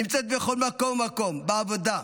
נמצאת בכל מקום ומקום, בעבודה,